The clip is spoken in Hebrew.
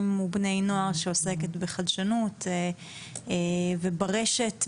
ובני נוער שעוסקת בחדשנות וברשת בכלל.